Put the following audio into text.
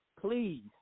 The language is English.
please